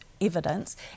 evidence